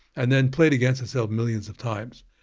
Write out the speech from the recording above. and then played against itself millions of times.